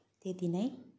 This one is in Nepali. त्यति नै